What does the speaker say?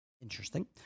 Interesting